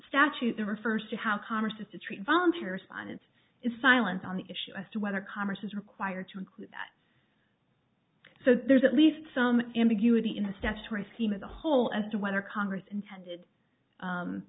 statute the refers to how congress is to treat volunteers on it is silent on the issue as to whether congress is required to include that so there's at least some ambiguity in the statutory scheme as a whole as to whether congress intended